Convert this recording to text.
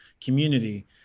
community